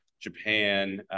Japan